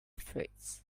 fruits